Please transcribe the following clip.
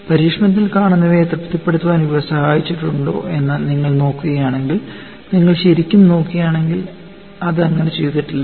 പരീക്ഷണത്തിൽ കാണുന്നവയെ തൃപ്തിപ്പെടുത്താൻ ഇത് സഹായിച്ചിട്ടുണ്ടോ എന്ന് നിങ്ങൾ നോക്കുകയാണെങ്കിൽ നിങ്ങൾ ശരിക്കും നോക്കുകയാണെങ്കിൽ അത് അങ്ങനെ ചെയ്തിട്ടില്ല